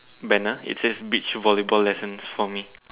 banner it says beach volleyball lessons for me